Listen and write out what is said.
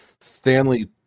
Stanley